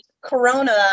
Corona